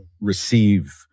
receive